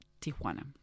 tijuana